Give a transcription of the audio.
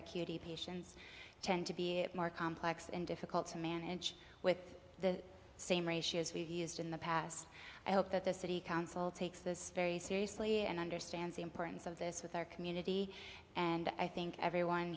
acuity patients tend to be it more complex and difficult to manage with the same ratios we've used in the past i hope that the city council takes this very seriously and understands the importance of this with our community and i think everyone